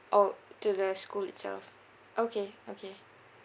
orh to the school itself okay okay